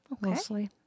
mostly